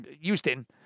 Houston